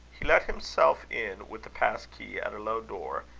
he let himself in with a pass-key at a low door,